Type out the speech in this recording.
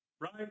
right